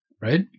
right